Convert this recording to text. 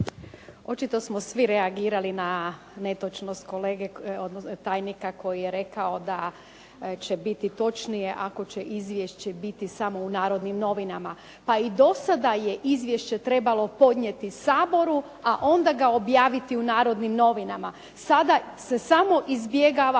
Očito smo svi reagirali na netočnost kolege tajnika koji je rekao da će biti točnije ako će izvješće biti samo u "Narodnim novinama". Pa i do sada je izvješće trebalo podnijeti Saboru a onda ga objaviti u "Narodnim novinama". Sada se samo izbjegava